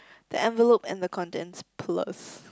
the envelope and the contents please